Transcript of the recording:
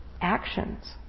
actions